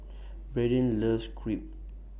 Braiden loves Crepe